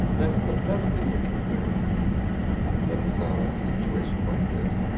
that's the best thing we can do to get us out of situations like this.